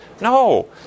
No